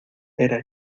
era